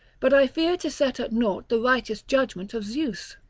but i fear to set at nought the righteous judgment of zeus.